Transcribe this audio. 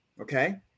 Okay